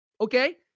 Okay